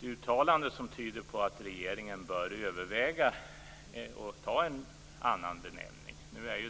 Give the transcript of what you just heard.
gjort ett uttalande där regeringen uppmanas att överväga en annan benämning.